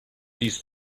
these